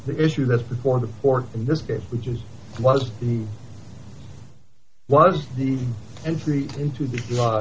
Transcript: the issue that's before the port in this case which is why was he was the entry into the